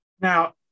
Now